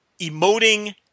emoting